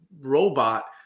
robot